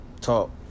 talk